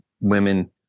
women